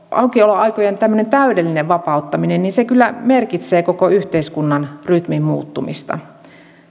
aukioloaikojen täydellinen vapauttaminen kyllä merkitsee koko yhteiskunnan rytmin muuttumista